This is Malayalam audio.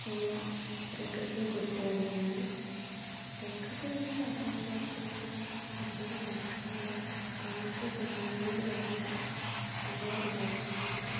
എല്ലാം പ്രകൃതിയെക്കുറിച്ച് തന്നെയാണ് പ്രകൃതിയെന്നു പറയുമ്പോഴത്തേക്കും നമ്മുടെ മനസ്സിൽ ആദ്യം തന്നെ ഓടിവരുന്ന അനവധി കാര്യങ്ങളുണ്ട്